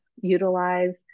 utilize